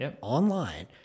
online